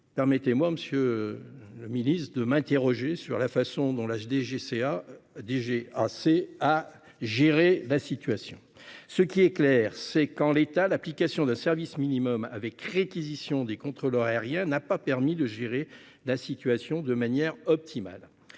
Permettez-moi, monsieur le ministre, de m'interroger sur la façon dont la DGAC a géré la situation. En l'état, il est clair que l'application du service minimum avec réquisition de contrôleurs aériens n'a pas permis de gérer la situation de manière optimale.